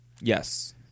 Yes